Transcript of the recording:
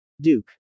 Duke